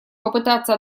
попытаться